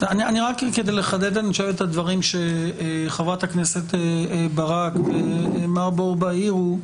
כדי לחדד את הדברים שחברת הכנסת ברק ומר בורבא העירו,